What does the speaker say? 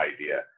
idea